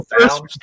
first